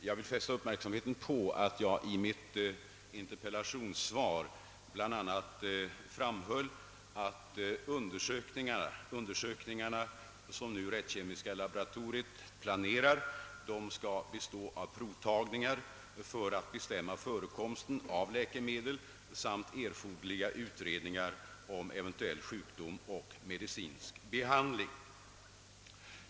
Jag vill fästa uppmärksamheten på att jag i mitt interpellationssvar bl.a. framhöll att de undersökningar som rättskemiska laboratoriet nu planerar skall bestå av provtagning för att bestämma förekomsten av läkemedel i blodet samt erforderliga utredningar om eventuell sjukdom och medicinsk behandling.